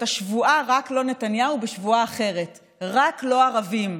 את השבועה "רק לא נתניהו" בשבועה אחרת: "רק לא ערבים".